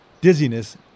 dizziness